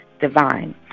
divine